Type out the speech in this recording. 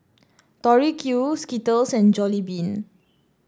Tori Q Skittles and Jollibean